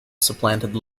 supplanted